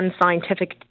unscientific